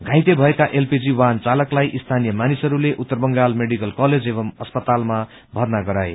घाइते भएका एलपीजी वाहन चालकलाई स्थानीय मानिसहरूले उत्तर बंगाल मेडिकल कलेज एवं अस्पतालमा भर्ना गराए